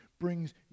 brings